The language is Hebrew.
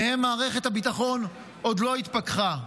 שמהם מערכת הביטחון עוד לא התפכחה: